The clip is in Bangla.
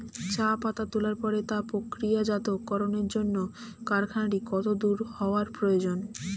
চা পাতা তোলার পরে তা প্রক্রিয়াজাতকরণের জন্য কারখানাটি কত দূর হওয়ার প্রয়োজন?